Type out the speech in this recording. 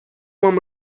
вам